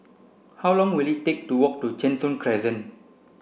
how long will it take to walk to Cheng Soon Crescent